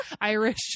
Irish